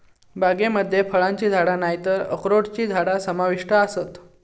बागेमध्ये फळांची झाडा नायतर अक्रोडची झाडा समाविष्ट आसत